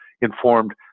informed